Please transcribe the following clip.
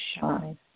shine